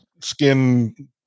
skin